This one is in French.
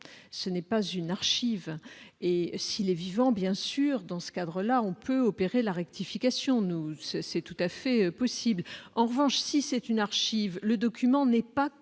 ce n'est pas une archive et si les vivants, bien sûr, dans ce cadre-là, on peut opérer la rectification nous c'est tout à fait possible, en revanche, si c'est une archive, le document n'est pas